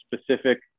specific